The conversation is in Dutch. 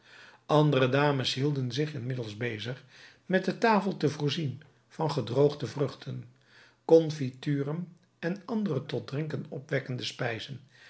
andere dames hielden zich inmiddels bezig met de tafel te voorzien van gedroogde vruchten confituren en andere tot drinken opwekkende spijzen